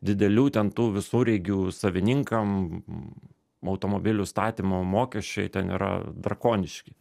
didelių ten tų visureigių savininkam automobilių statymo mokesčiai ten yra drakoniški